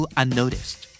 unnoticed